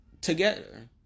together